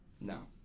No